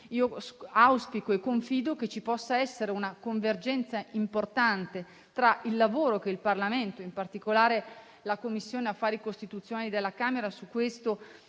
auspico e confido che ci possa essere una convergenza importante con il lavoro che il Parlamento sta facendo, in particolare la Commissione affari costituzionali della Camera, dove